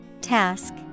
Task